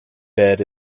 bed